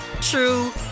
true